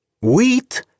Wheat